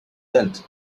length